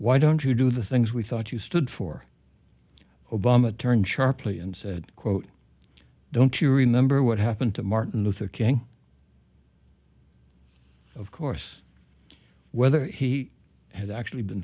why don't you do the things we thought you stood for obama turned sharply and said quote don't you remember what happened to martin luther king of course whether he had actually been